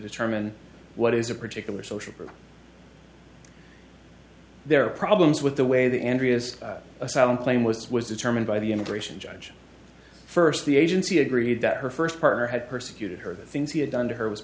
determine what is a particular social there are problems with the way that andrea's asylum claim was was determined by the immigration judge first the agency agreed that her first partner had persecuted her the things he had done to her was